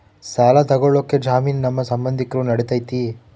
ಸಾಲ ತೊಗೋಳಕ್ಕೆ ಜಾಮೇನು ನಮ್ಮ ಸಂಬಂಧಿಕರು ನಡಿತೈತಿ?